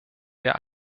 der